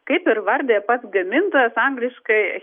kaip ir vardija pats gamintojas angliškai